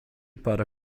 para